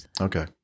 Okay